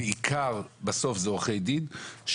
שבסוף זה בעיקר עורכי דין.